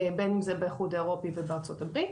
בין אם זה באיחוד האירופי ובארצות הברית.